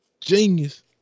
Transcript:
Genius